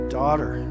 daughter